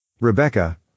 Rebecca